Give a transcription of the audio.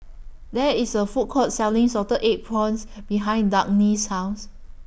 There IS A Food Court Selling Salted Egg Prawns behind Dagny's House